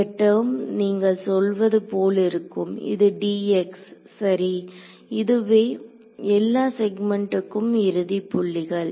இந்த டெர்ம் நீங்கள் சொல்வது போல் இருக்கும் இது dx சரி இதுவே எல்லா செக்மெண்ட்க்கும் இறுதி புள்ளிகள்